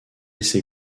ses